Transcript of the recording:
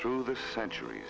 through the centur